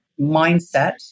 mindset